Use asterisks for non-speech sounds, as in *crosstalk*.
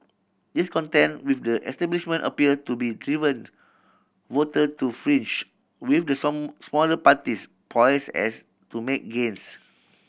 discontent with the establishment appear to be driven *unintelligible* voter to *unintelligible* with the some smaller parties poise as to make gains